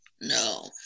no